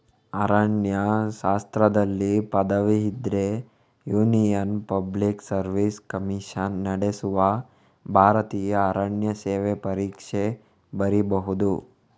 ಅರಣ್ಯಶಾಸ್ತ್ರದಲ್ಲಿ ಪದವಿ ಇದ್ರೆ union public service commission ನಡೆಸುವ ಭಾರತೀಯ ಅರಣ್ಯ ಸೇವೆ ಪರೀಕ್ಷೆ ಬರೀಬಹುದು